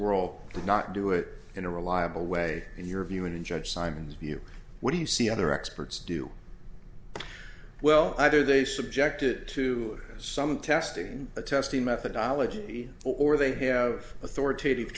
to not do it in a reliable way in your view and in judge simon's view what do you see other experts do well either they subjected to some testing a testing methodology or they have authoritative